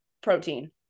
Protein